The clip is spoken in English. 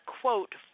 quote